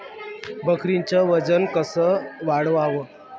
बकरीचं वजन कस वाढवाव?